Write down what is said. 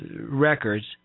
records